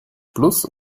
plus